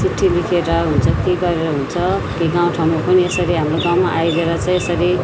चिट्ठी लेखेर हुन्छ के गरेर हुन्छ फेरि गाउँ ठाउँमा पनि यसरी हाम्रो गाउँमा आइदिएर चाहिंँ यसरी